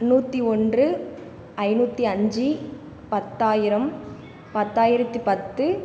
நூற்றி ஒன்று ஐநூற்றி ஐந்து பத்தாயிரம் பத்தாயிரத்தி பத்து